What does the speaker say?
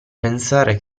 pensare